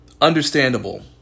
Understandable